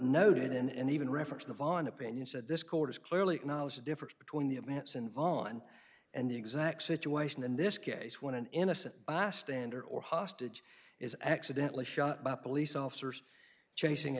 noted and even referenced the von opinion said this court is clearly acknowledge the difference between the events in vonn and the exact situation in this case when an innocent bystander or hostage is accidentally shot by police officers chasing